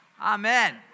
Amen